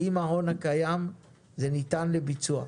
עם ההון הקיים זה ניתן לביצוע.